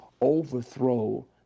overthrow